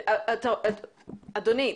אדוני,